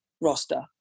roster